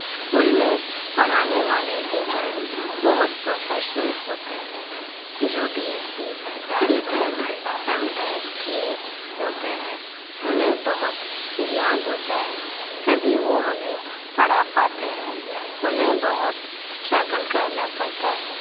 school میں پڑھانے والے ٹیچرس بہت پروفیشنل ہوتے ہیں جو B S C B tech M tech کیے ہوتے ہیں انہیں بہت گیان ہوتا ہے تب ہی وہ ہمیں پڑھا پاتے ہیں انہیں بہت سٹرگل کرنا پڑتا ہے